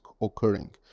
occurring